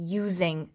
using